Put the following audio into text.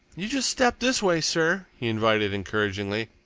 you just step this way, sir, he invited encouragingly.